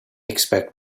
expect